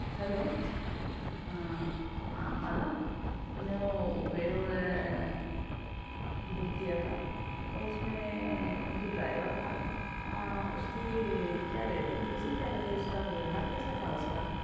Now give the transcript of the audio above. hello हाँ हाँ माला तूने वो उबेर बुक किया था तो उसमें जो ड्राइवर था उसकी क्या रेटिंग कैसी क्या रही उसका व्यवहार कैसा था उसका